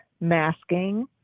masking